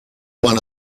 one